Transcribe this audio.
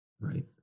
Right